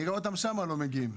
נראה אותם שם לא מגיעים.